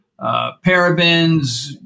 parabens